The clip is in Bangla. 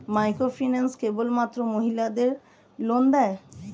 মাইক্রোফিন্যান্স কেবলমাত্র মহিলাদের লোন দেয়?